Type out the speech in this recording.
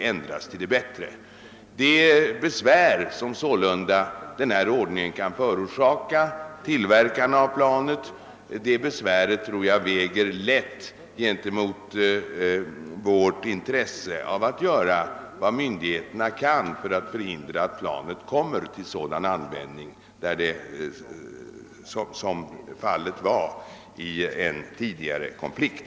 Jag tror sålunda att de besvär, som den nuvarande ordningen kan förorsaka tillverkarna av planet, väger lätt mot vårt intresse av att göra vad myndigheterna kan för att förhindra att planet kommer i militär användning, såsom fallet varit i en tidigare konflikt.